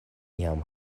iam